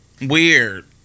weird